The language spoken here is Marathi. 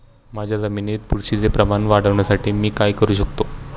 माझ्या जमिनीत बुरशीचे प्रमाण वाढवण्यासाठी मी काय करू शकतो?